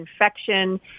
infection